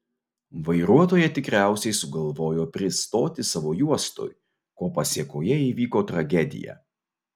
vairuotoja tikriausiai sugalvojo pristoti savo juostoj ko pasėkoje įvyko tragedija